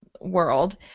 world